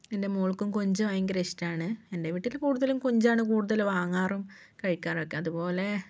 എൻ്റെ മോൾക്കും കൊഞ്ച് ഭയങ്കര ഇഷ്ടമാണ് എൻ്റെ വീട്ടിൽ കുടുതലും കൊഞ്ചാണ് കുടുതൽ വാങ്ങാറും കഴിക്കാറും ഒക്കെ അതുപോലേ